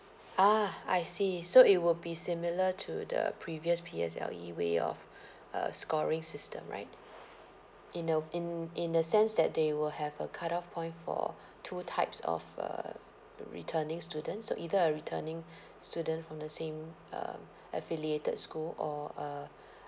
ah I see so it will be similar to the previous P_S_L_E way of a scoring system right in a in in the sense that they will have a cutoff point for two types of uh the returning student so either a returning student from the same um affiliated school or a